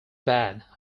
bad